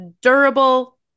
durable